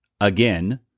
Again